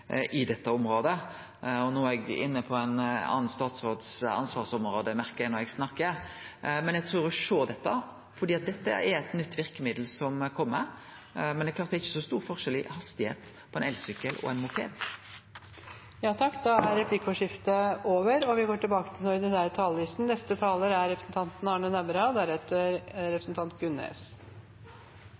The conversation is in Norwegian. i dette området. No er eg inne på ansvarsområdet til ein annan statsråd, merkjer eg når eg snakkar. Eg trur ein må sjå på det, for dette er eit nytt verkemiddel som kjem. Men det er klart, det er ikkje så stor forskjell i hastigheit på ein elsykkel og ein moped. Da er replikkordskiftet over. Representanten Johnsen har en tendens til å få meg opp på talerstolen, og sånn er det igjen. Representanten